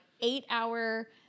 eight-hour